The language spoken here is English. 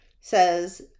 says